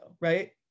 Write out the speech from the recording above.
right